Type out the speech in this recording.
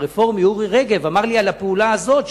הרפורמי אורי רגב אמר לי על הפעולה הזאת,